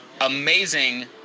amazing